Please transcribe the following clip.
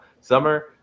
summer